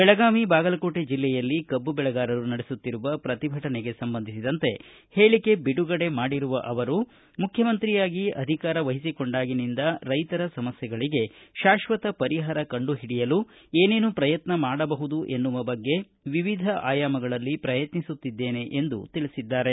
ಬೆಳಗಾವಿ ಬಾಗಲಕೋಟೆ ಜಿಲ್ಲೆಯಲ್ಲಿ ಕಬ್ಬು ಬೆಳೆಗಾರರು ನಡೆಸುತ್ತಿರುವ ಪ್ರತಿಭಟನೆಗೆ ಸಂಬಂಧಿಸಿದಂತೆ ಹೇಳಿಕೆ ಬಿಡುಗಡೆ ಮಾಡಿರುವ ಅವರು ಮುಖ್ಯಮಂತ್ರಿಯಾಗಿ ಅಧಿಕಾರ ವಹಿಸಿಕೊಂಡಾಗಿನಿಂದ ರೈತರ ಸಮಸ್ಯೆಗಳಿಗೆ ಶಾಶ್ವಕ ಪರಿಹಾರ ಕಂಡು ಹಿಡಿಯಲು ಏನೇನು ಪ್ರಯತ್ನ ಮಾಡಬಹುದು ಎಂಬ ಬಗ್ಗೆ ವಿವಿಧ ಆಯಾಮಗಳಲ್ಲಿ ಪ್ರಯತ್ನಿಸುತ್ತಿದ್ದೇನೆ ಎಂದು ತಿಳಿಸಿದ್ದಾರೆ